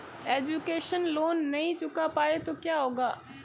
Education loan नहीं चुका पाए तो क्या होगा?